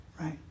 Right